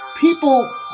People